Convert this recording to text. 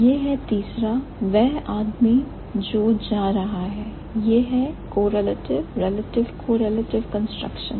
यह है तीसरा वह आदमी जो जा रहा है यह है correlative relative correlative construction